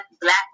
black